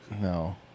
No